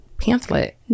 pamphlet